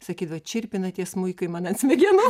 sakydavo čirpina tie smuikai man ant smegenų